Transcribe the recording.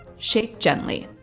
shake gently.